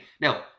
Now